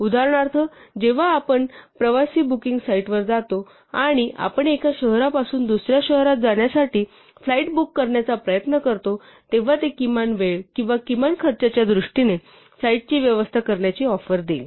उदाहरणार्थ जेव्हा आपण प्रवासी बुकिंग साइटवर जातो आणि आपण एका शहरापासून दुसर्या शहरात जाण्यासाठी फ्लाइट बुक करण्याचा प्रयत्न करतो तेव्हा ते किमान वेळ किंवा किमान खर्चाच्या दृष्टीने फ्लाइटची व्यवस्था करण्याची ऑफर देईल